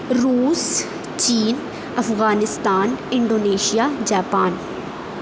روس چین Afghanistan Indonesia Japan